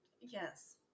Yes